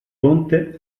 ponte